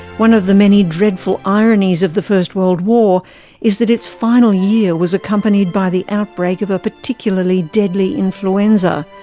one of the many dreadful ironies of the first world war is that its final year was accompanied by the outbreak of a particularly deadly influenza.